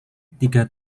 tiga